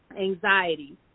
Anxiety